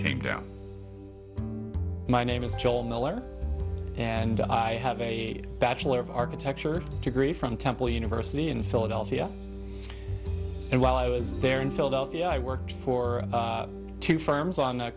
came down my name is joe miller and i have a bachelor of architecture degree from temple university in philadelphia and while i was there in philadelphia i worked for two farms on a